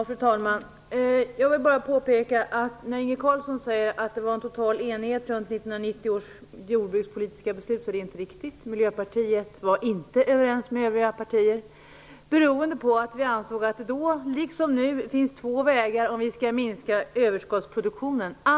Fru talman! Inge Carlsson säger att det var en total enighet runt 1990 års jordbrukspolitiska beslut. Det är inte riktigt. Miljöpartiet var inte överens med övriga partier. Vi ansåg då liksom nu att det finns två vägar om vi skall minska överskottsproduktionen.